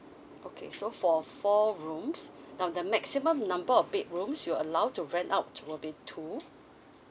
okay so for four rooms now the maximum number of bedrooms you were allowed to rent out will be two